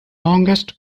longest